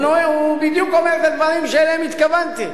הוא אומר בדיוק את הדברים שאליהם התכוונתי.